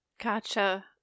Gotcha